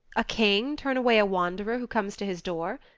a king turn away a wanderer who comes to his door!